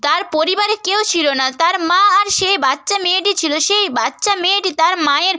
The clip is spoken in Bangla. তার পরিবারে কেউ ছিল না তার মা আর সেই বাচ্চা মেয়েটি ছিল সেই বাচ্চা মেয়েটি তার মায়ের